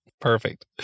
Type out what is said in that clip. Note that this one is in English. perfect